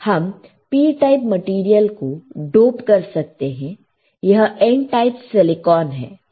हम P type material को dope कर सकते हैं यह N टाइप सिलिकॉन है